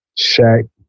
Shaq